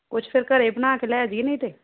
ਕੁਝ ਫਿਰ ਘਰ ਬਣਾ ਕੇ ਲੈ ਜੀਏ ਨਹੀਂ ਤਾਂ